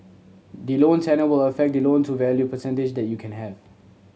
the loan tenure will affect the loan to value percentage that you can have